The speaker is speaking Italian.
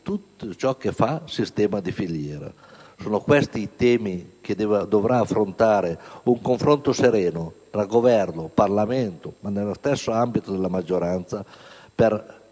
tutto ciò che fa sistema di filiera. Sono questi i temi che dovranno essere discussi in un confronto sereno tra Governo e Parlamento, ma nello stesso ambito della maggioranza, per aiutare